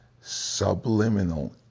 subliminal